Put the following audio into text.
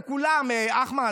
לכולם, אחמד.